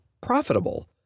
profitable